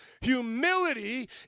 Humility